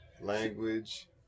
Language